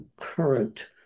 current